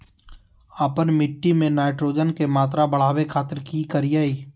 आपन मिट्टी में नाइट्रोजन के मात्रा बढ़ावे खातिर की करिय?